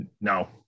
No